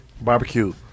Barbecue